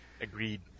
Agreed